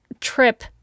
trip